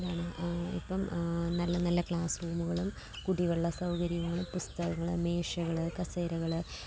എന്താണ് ഇപ്പം നല്ല നല്ല ക്ലാസ് റൂമുകളും കുടിവെള്ള സൗകര്യങ്ങൾ പുസ്തകങ്ങൾ മേശകൾ കസേരകൾ